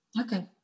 Okay